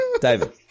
David